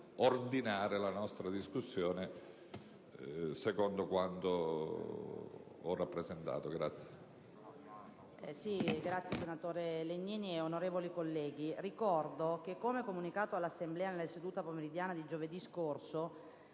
ordinare la nostra discussione secondo quanto ho rappresentato.